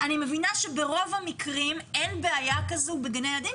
אני מבינה שברוב המקרים אין בעיה כזו בגני ילדים,